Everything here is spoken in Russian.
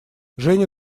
женя